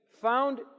found